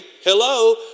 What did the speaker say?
Hello